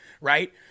right